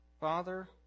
Father